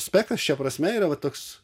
spekas šia prasme yra toks